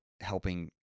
helping